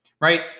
right